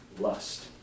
lust